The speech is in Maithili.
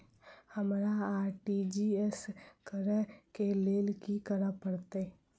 हमरा आर.टी.जी.एस करऽ केँ लेल की करऽ पड़तै?